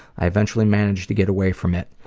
i eventually managed to get away from it.